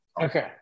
okay